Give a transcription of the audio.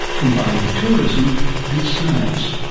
combining tourism and science.